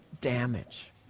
damage